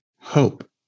hope